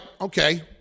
okay